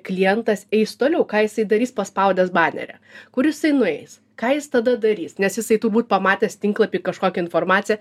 klientas eis toliau ką jisai darys paspaudęs banerį kur jisai nueis ką jis tada darys nes jisai turbūt pamatęs tinklapy kažkokią informaciją